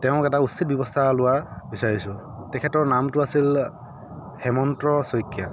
তেঁওক এটা উচিত ব্যৱস্থা লোৱা বিচাৰিছোঁ তেখেতৰ নামটো আছিল হেমন্ত শইকীয়া